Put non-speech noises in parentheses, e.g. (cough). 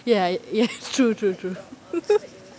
ya ya true true true (laughs)